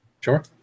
Sure